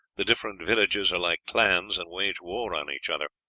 the different villages are like clans, and wage war on each other.